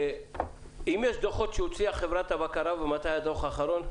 אם יש דוחות שהוציאה חברת הבקרה ומתי הדוח האחרון?